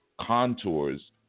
contours